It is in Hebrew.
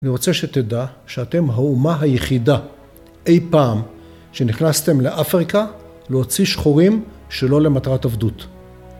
אני רוצה שתדע שאתם האומה היחידה אי פעם שנכנסתם לאפריקה להוציא שחורים שלא למטרת עבדות.